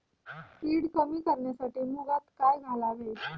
कीड कमी करण्यासाठी मुगात काय घालावे?